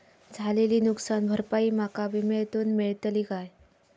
झालेली नुकसान भरपाई माका विम्यातून मेळतली काय?